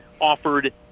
offered